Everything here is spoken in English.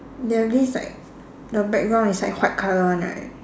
they have this like the background is like white colour one right